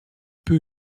peu